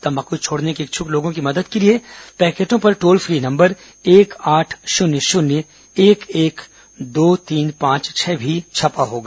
तम्बाकू छोड़ने के इच्छुक लोगों की मदद के लिए पैकेटों पर टोल फ्री नम्बर एक आठ शून्य शून्य एक एक दो तीन पांच छह भी छपा होगा